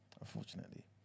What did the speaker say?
unfortunately